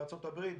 בארה"ב,